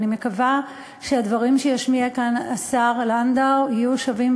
ואני מקווה שהדברים שישמיע כאן השר לנדאו יהיו שווים